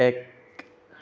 এক